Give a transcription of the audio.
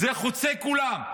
זה חוצה את כולם.